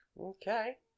Okay